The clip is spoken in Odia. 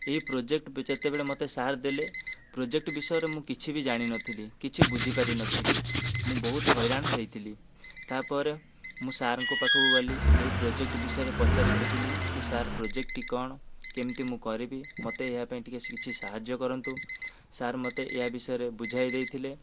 ଏହି ପ୍ରୋଜେକ୍ଟ ଯେତେବେଳେ ମୋତେ ସାର୍ ଦେଲେ ପ୍ରୋଜେକ୍ଟ ବିଷୟରେ ମୁଁ କିଛି ଜାଣି ନ ଥିଲି କିଛି ବୁଝିପାରି ନ ଥିଲି ମୁଁ ବହୁତ ହଇରାଣ ହେଇଥିଲି ତା'ପରେ ମୁଁ ସାର୍ଙ୍କ ପାଖକୁ ଗଲି ଏହି ପ୍ରୋଜେକ୍ଟ ବିଷୟରେ ପଚାରି ବୁଝିଲି କି ସାର୍ ପ୍ରୋଜେକ୍ଟଟି କଣ କେମିତି କରିବି ମୋତେ ଏହାପାଇଁ କିଛି ସାହାଯ୍ୟ କରନ୍ତୁ ସାର୍ ମୋତେ ଏହା ବିଷୟରେ ବୁଝାଇ ଦେଇଥିଲେ